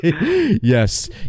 Yes